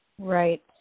Right